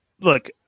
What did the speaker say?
look